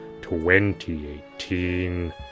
2018